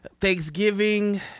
Thanksgiving